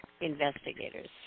investigators